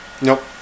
Nope